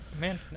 man